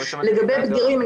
לגבי בגירים,